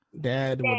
dad